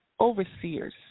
overseers